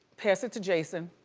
pass it to jason.